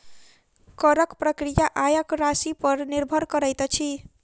करक प्रक्रिया आयक राशिपर निर्भर करैत अछि